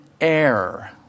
air